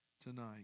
tonight